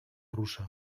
russa